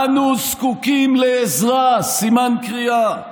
אנו זקוקים לעזרה, סימן קריאה,